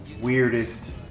weirdest